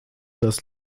das